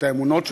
את האמונות שלו,